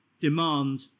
demand